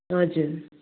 हजुर